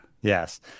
Yes